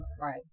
Right